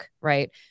right